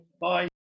bye